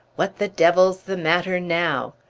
what the devil's the matter now?